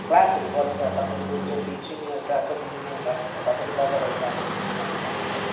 क्लासहरू गराउँछ तपाईँले जो ती सिनियर क्लास जति जुनियर क्लासहरूलाई तपाईँले कभरअप गराउने जिम्मा चाहिँ तपाईँको है